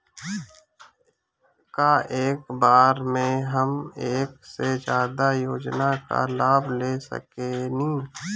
का एक बार में हम एक से ज्यादा योजना का लाभ ले सकेनी?